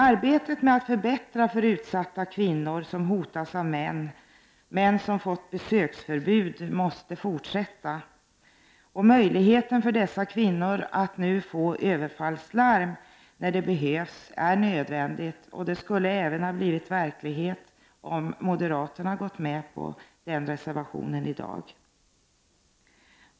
Arbetet med att förbättra för utsatta kvinnor som hotas av män som fått besöksförbud måste fortsätta. Möjligheten för dessa kvinnor att få överfallslarm när det behövs är nödvändig. Detta skulle ha blivit verklighet om moderaterna hade gått med på den reservationen.